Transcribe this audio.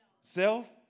Self